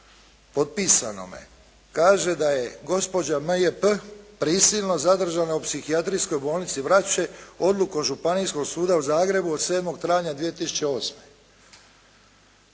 potpisanome kaže da je gospođa M.J.P. prisilno zadržana u Psihijatrijskoj bolnici Vrapče Odlukom Županijskog suda u Zagrebu od 7. travnja 2008.